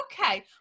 okay